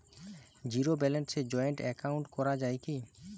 Zero ব্যালেন্সে joint account করা য়ায় কি?